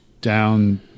down